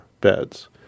beds